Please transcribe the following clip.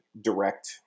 direct